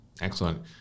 Excellent